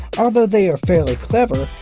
although they're fairly clever,